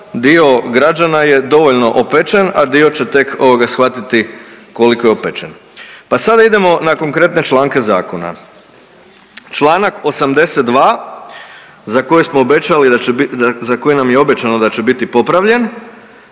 dio građana je dovoljno opečen, a dio će tek shvatiti koliko je opečen. Pa sada idemo na konkretne članke zakona, čl. 82. za koji smo obećali da će za koji